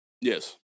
Yes